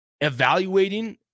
evaluating